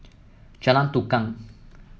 Jalan Tukang